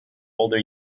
older